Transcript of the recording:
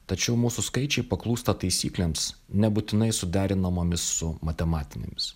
tačiau mūsų skaičiai paklūsta taisyklėms nebūtinai suderinamomis su matematinėmis